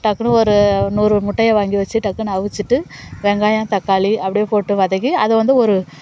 டக்குனு ஒரு நூறு முட்டையை வாங்கி வச்சிட்டு டக்குனு அவிச்சிட்டு வெங்காயம் தக்காளி அப்படே போட்டு வதக்கி அதை வந்து ஒரு